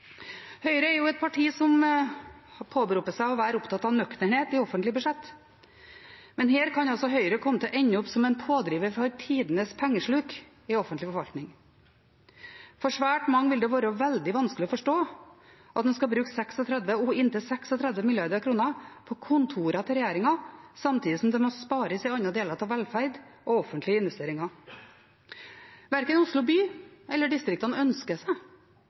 Høyre er et parti som påberoper seg å være opptatt av nøkternhet i offentlige budsjett, men her kan altså Høyre komme til å ende opp som en pådriver for tidenes pengesluk i offentlig forvaltning. For svært mange vil det være veldig vanskelig å forstå at en skal bruke inntil 36 mrd. kr på kontorer til regjeringen, samtidig som det må spares i andre deler av velferd og offentlige investeringer. Verken Oslo by eller distriktene ønsker seg